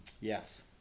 Yes